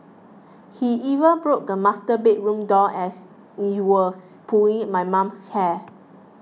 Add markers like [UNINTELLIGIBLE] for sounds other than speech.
he even broke the master bedroom door and [UNINTELLIGIBLE] was pulling my mum's hair